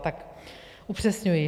Tak upřesňuji.